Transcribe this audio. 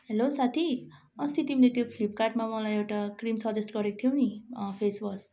hello साथी अस्ति तिमीले त्यो फ्लिपकार्टमा मलाई एउटा क्रिम सजेस्ट गरेको थियौ नि अँ फेसवास